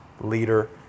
leader